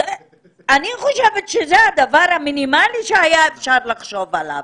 אני חושבת שזה הדבר המינימלי שהיה אפשר לחשוב עליו.